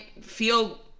feel